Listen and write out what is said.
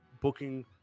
booking